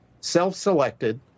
self-selected